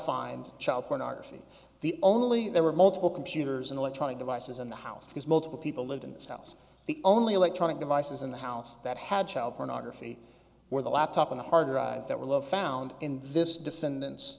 find child pornography the only there were multiple computers and electronic devices in the house because multiple people lived in this house the only electronic devices in the house that had child pornography where the laptop on the harddrive that would love found in this defendant